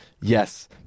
yes